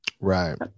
Right